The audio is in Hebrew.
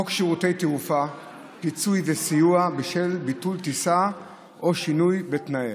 חוק שירותי תעופה (פיצוי וסיוע בשל ביטול טיסה או שינוי בתנאיה),